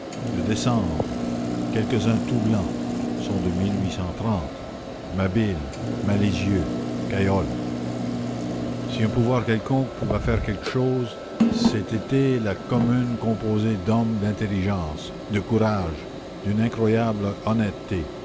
de décembre quelques-uns tout blancs sont de abile alezieux ayol a ommune i un pouvoir quelconque pouvait faire quelque chose c'est été la commune composée d'hommes d'intelligence de courage d'une incroyable honnêteté